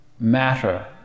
matter